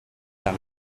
arna